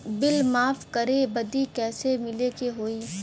Bill माफ करे बदी कैसे मिले के होई?